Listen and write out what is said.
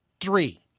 three